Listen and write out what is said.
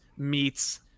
meets